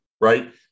right